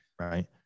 Right